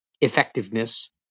effectiveness